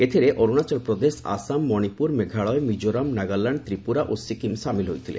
ଏଥିରେ ଅରୁଣାଚଳ ପ୍ରଦେଶ ଆସାମ ମଣିପୁର ମେଘାଳୟ ମିଜୋରାମ୍ ନାଗାଲ୍ୟାଣ୍ଡ ତ୍ରିପୁରା ଓ ସିକ୍କିମ୍ ସାମିଲ୍ ହୋଇଥିଲେ